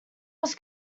was